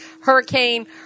Hurricane